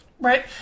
Right